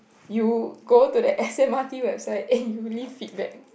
you go to the S_M_R_T website and you leave feedback